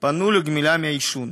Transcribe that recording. פנו לגמילה מעישון.